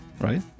right